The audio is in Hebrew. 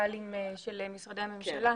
וממנכ"לי משרדי הממשלה.